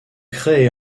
créée